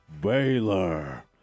Baylor